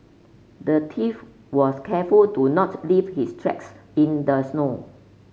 the thief was careful to not leave his tracks in the snow